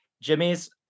Jimmy's